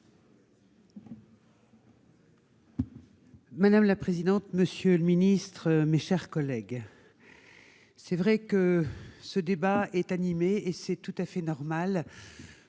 Madame la présidente, monsieur le ministre, mes chers collègues, ce débat est animé, et c'est tout à fait normal,